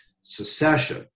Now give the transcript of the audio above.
secession